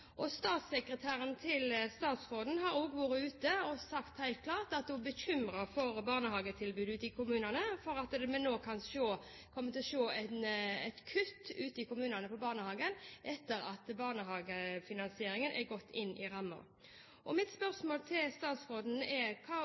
Statssekretæren til statsråden har også vært ute og sagt helt klart at hun er bekymret for barnehagetilbudet ute i kommunene, og for at vi nå kan komme til å se et kutt ute i kommunene på barnehage etter at barnehagefinansieringen er gått inn i rammen. Mitt spørsmål til statsråden er: